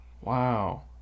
Wow